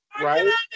right